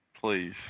Please